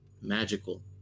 magical